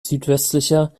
südwestlicher